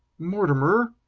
mortimer,